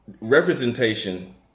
Representation